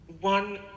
one